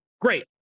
great